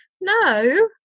no